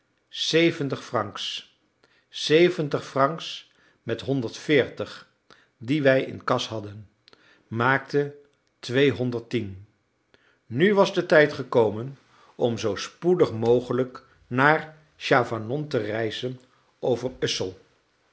zeventig francs zeventig francs met de honderd veertig die wij in kas hadden maakte tweehonderd tien nu was de tijd gekomen om zoo spoedig mogelijk naar chavanon te reizen over